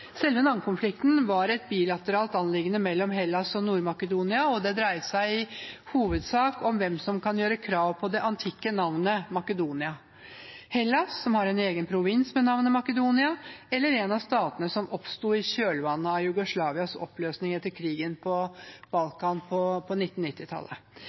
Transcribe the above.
Selve navnekonflikten var et bilateralt anliggende mellom Hellas og Nord-Makedonia. Det dreide seg i hovedsak om hvem som kunne gjøre krav på det antikke navnet «Makedonia» – Hellas, som har en egen provins med navnet Makedonia, eller en av statene som oppsto i kjølvannet av Jugoslavias oppløsning etter krigen på